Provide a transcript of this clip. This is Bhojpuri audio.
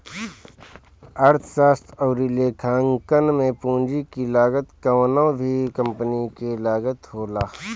अर्थशास्त्र अउरी लेखांकन में पूंजी की लागत कवनो भी कंपनी के लागत होला